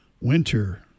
winter